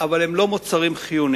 - אבל הם לא מוצרים חיוניים.